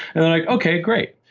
and they're like, okay great.